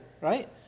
right